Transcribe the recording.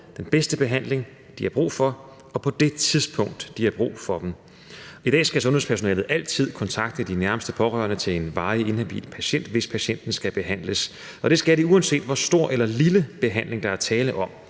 den bedste behandling, de har brug for, og på det tidspunkt, de har brug for den. I dag skal sundhedspersonalet altid kontakte de nærmeste pårørende til en varigt inhabil patient, hvis patienten skal behandles. Og det skal de, uanset hvor stor eller lille behandling der er tale om,